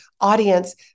audience